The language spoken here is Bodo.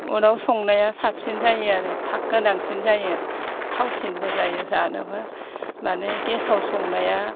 अराव संनाया साबसिन जायो आरो फाख गोनांसिन जायो थावसिनबो जायो जानोबो माने गेसाव संनाया